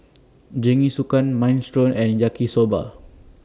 Jingisukan Minestrone and Yaki Soba